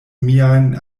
miajn